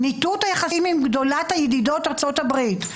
ניתוק היחסים עם גדולת הידידות, ארצות הברית.